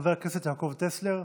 חבר הכנסת יעקב טסלר.